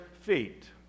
feet